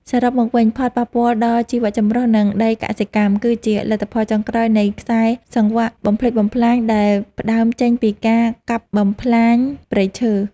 សរុបមកវិញ ផលប៉ះពាល់ដល់ជីវៈចម្រុះ និងដីកសិកម្ម គឺជាលទ្ធផលចុងក្រោយនៃខ្សែសង្វាក់បំផ្លិចបំផ្លាញដែលផ្ដើមចេញពីការកាប់បំផ្លាញព្រៃឈើ។